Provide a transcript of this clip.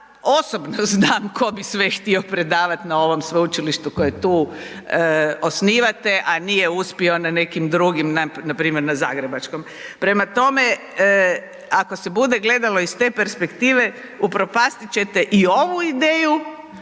osobno znam tko bi sve htio predavati na ovom sveučilištu koje tu osnivate, a nije uspio na nekim drugim npr. na zagrebačkom. Prema tome, ako se bude gledalo iz te perspektive upropastit ćete i ovu ideju,